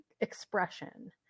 expression